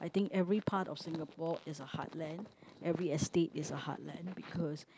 I think every part of Singapore is a heartland every estate is a heartland because